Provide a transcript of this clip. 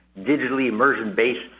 digitally-immersion-based